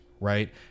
right